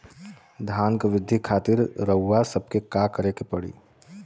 धान क वृद्धि खातिर रउआ सबके का करे के पड़ी?